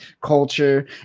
culture